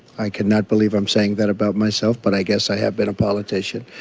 i cannot believe i'm saying that about myself, but i guess i have been a politician.